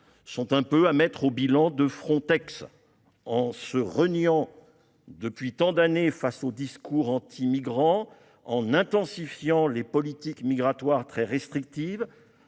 sont un peu à mettre au bilan de Frontex. En se reniant depuis tant d'années face aux discours anti-migrants, en intensifiant les politiques migratoires très restrictives,